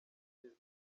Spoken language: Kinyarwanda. kigeze